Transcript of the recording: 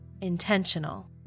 intentional